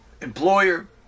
employer